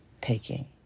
Taking